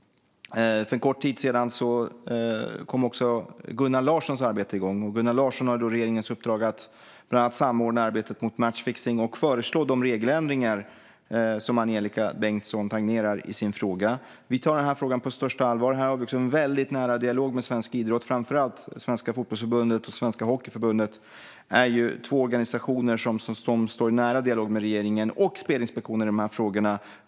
För en kort tid sedan kom också Gunnar Larssons arbete igång. Han har regeringens uppdrag att bland annat samordna arbetet mot matchfixning och föreslå de regeländringar som Angelika Bengtsson tangerar i sin fråga. Vi tar denna fråga på största allvar och har en nära dialog med svensk idrott, framför allt Svenska Fotbollförbundet och Svenska Ishockeyförbundet, och Spelinspektionen i dessa frågor.